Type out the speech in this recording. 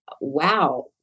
wow